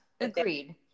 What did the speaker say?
agreed